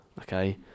okay